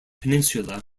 peninsula